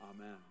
Amen